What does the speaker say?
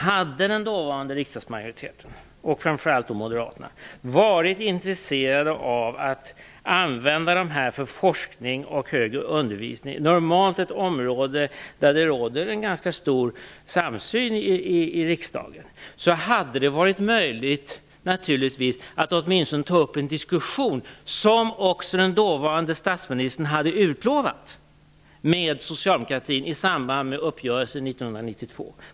Hade den dåvarande riksdagsmajoriteten och framför allt Moderaterna varit intresserade av att använda dessa medel för forskning och högre undervisning, vilket normal sett är ett område där det råder en ganska stor samsyn i riksdagen, hade det varit möjligt att åtminstone uppta en diskussion med Socialdemokraterna, vilket också den dåvarande statsministern hade utlovat i samband med uppgörelser år 1992.